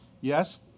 Yes